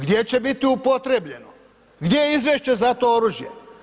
Gdje će biti upotrjebljeno, gdje je izvješće za to oružje?